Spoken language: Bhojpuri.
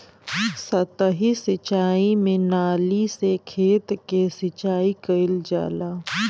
सतही सिंचाई में नाली से खेत के सिंचाई कइल जाला